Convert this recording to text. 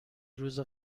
روز